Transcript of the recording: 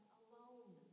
alone